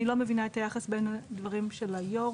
אני לא מבינה את היחס בין הדברים של היו"ר